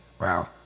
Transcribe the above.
Wow